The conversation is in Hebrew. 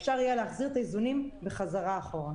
ואפשר יהיה להחזיר את האיזונים בחזרה אחורה.